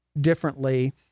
differently